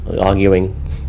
arguing